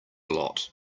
lot